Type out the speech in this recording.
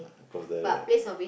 cause the